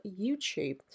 YouTube